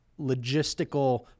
logistical